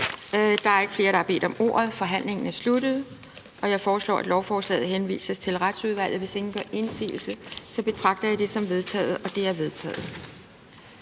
Der er ikke flere, der har bedt om ordet. Forhandlingen er sluttet. Jeg foreslår, at lovforslaget henvises til Retsudvalget. Hvis ingen gør indsigelse, betragter jeg det som vedtaget. Det er vedtaget.